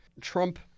Trump